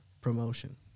promotion